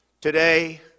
Today